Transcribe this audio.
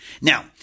Now